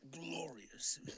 glorious